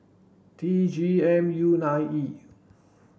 T G M U nine E